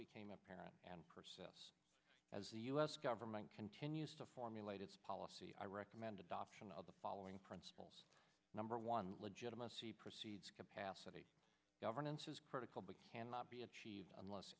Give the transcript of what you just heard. became apparent and as the u s government continues to formulate its policy i recommend adoption of the following principles number one legitimacy precedes capacity governance is critical but cannot be achieved unless